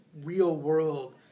real-world